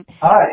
Hi